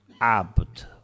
abd